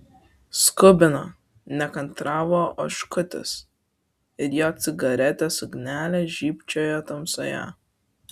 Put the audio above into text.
skubino nekantravo oškutis ir jo cigaretės ugnelė žybčiojo tamsoje